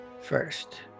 first